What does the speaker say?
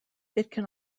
can